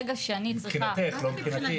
מבחינתך, לא מבחינתי.